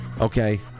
Okay